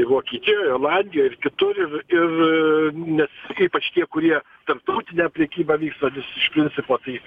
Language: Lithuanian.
i vokietijoj olandijoj ir kitur ir ir ne ypač tie kurie tarptautinę prekybą vysto nes iš principo tai